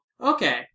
Okay